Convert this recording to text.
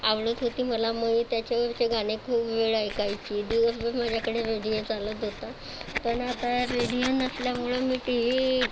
आवडत होती मला मग मी त्याच्यावरचे गाणे खूप वेळ ऐकायची दिवसभर माझ्याकडे रेडिओ चालत होता पण आता रेडिओ नसल्यामुळे मी टी वी